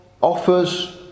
offers